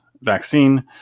vaccine